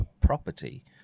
property